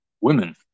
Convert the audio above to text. women